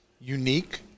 unique